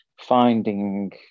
finding